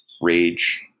rage